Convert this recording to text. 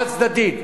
חד-צדדית.